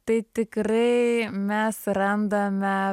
tai tikrai mes randame